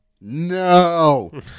no